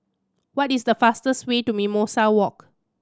what is the fastest way to Mimosa Walk